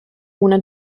una